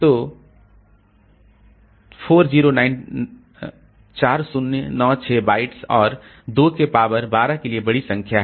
तो कि 4 096 बाइट्स और 2 के पावर 12 के लिए बड़ी संख्या है